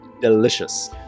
delicious